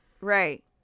Right